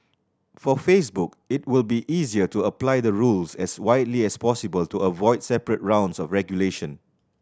for Facebook it will be easier to apply the rules as widely as possible to avoid separate rounds of regulation